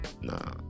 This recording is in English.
Nah